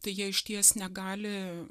tai jie išties negali